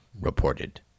reported